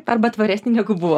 arba tvaresnį negu buvo